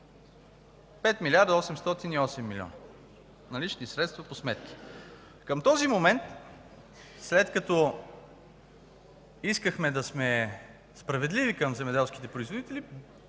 808 милиона. Налични средства по сметки! Към този момент, след като искахме да сме справедливи към земеделските производители